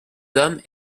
dame